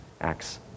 Acts